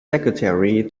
secretary